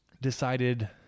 Decided